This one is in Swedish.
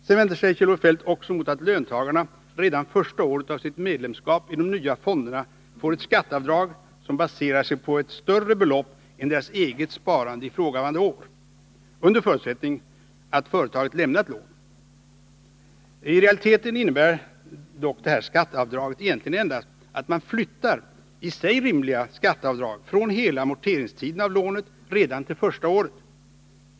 Sedan vänder sig Kjell-Olof Feldt också mot att löntagarna redan första året av sitt medlemskap i de nya fonderna får ett skatteavdrag som baserar sig på ett större belopp än deras eget sparande ifrågavarande år, under förutsättning att företaget lämnat lån. I realiteten innebär dock detta skatteavdrag egentligen endast att man flyttar i sig rimliga skatteavdrag från lånets hela amorteringstid redan till första året.